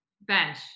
Bench